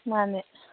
ꯃꯥꯟꯅꯦ